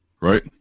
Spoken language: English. Right